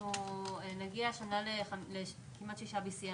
נגיע השנה לכמעט 6 BCM